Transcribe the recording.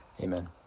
amen